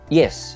yes